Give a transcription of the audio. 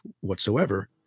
whatsoever